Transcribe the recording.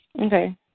Okay